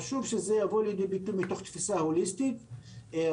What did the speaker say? חשוב שזה יבוא לידי ביטוי מתוך תפיסה הוליסטית רחבה,